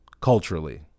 culturally